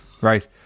Right